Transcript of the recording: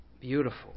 Beautiful